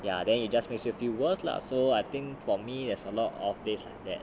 ya then it just makes you feel worse lah so I think for me there's a lot of these like that